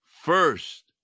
First